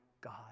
God